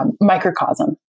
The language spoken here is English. microcosm